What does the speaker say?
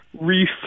Reef